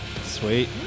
Sweet